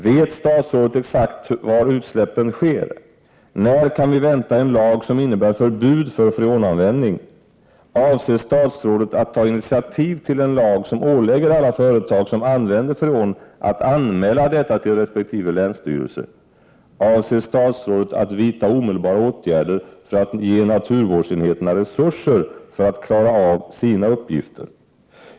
Vet statsrådet exakt var utsläppen sker? 3. När kan vi vänta en lag som innebär förbud för freonanvändning? 4. Avser statsrådet att ta initiativ till en lag som ålägger alla företag som använder freon att anmäla detta till resp. länsstyrelse? 5. Avser statsrådet att vidta omedelbara åtgärder för att ge naturvårdsenheterna resurser för att klara av sina uppgifter?